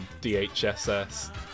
DHSS